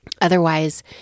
Otherwise